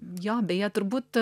jo beje turbūt